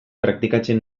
praktikatzen